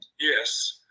Yes